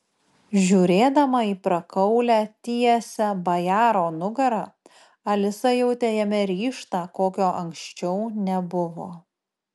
žiūrėdama į prakaulią tiesią bajaro nugarą alisa jautė jame ryžtą kokio anksčiau nebuvo